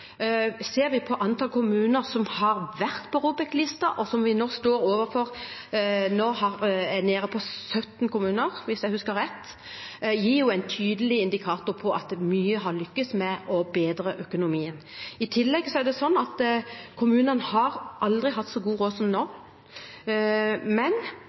Ser vi på antall kommuner som har vært på ROBEK-listen, og dem som vi nå står overfor, som nå er nede i 17 kommuner – hvis jeg husker rett – er jo det en tydelig indikator på at vi har lyktes med å bedre økonomien. I tillegg har kommunene aldri hatt så god råd som nå, men